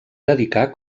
dedicar